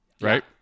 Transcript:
right